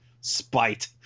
spite